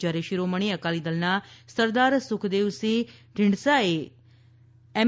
જ્યારે શિરોમણી અકાલીદળના સરદાર સુખદેવસિંહ ઢીંડસાએ એમ